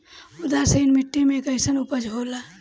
उदासीन मिट्टी में कईसन उपज होला?